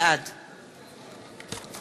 בעד